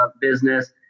business